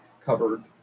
covered